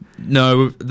No